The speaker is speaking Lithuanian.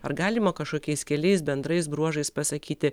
ar galima kažkokiais keliais bendrais bruožais pasakyti